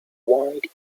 wide